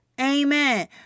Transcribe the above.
Amen